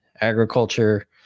agriculture